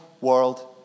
world